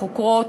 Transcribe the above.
לחוקרות,